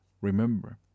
Remember